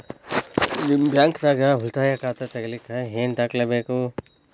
ನಿಮ್ಮ ಬ್ಯಾಂಕ್ ದಾಗ್ ಉಳಿತಾಯ ಖಾತಾ ತೆಗಿಲಿಕ್ಕೆ ಏನ್ ದಾಖಲೆ ಬೇಕು?